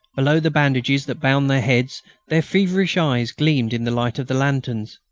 below the bandages that bound their heads their feverish eyes gleamed in the light of the lanterns.